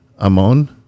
Amon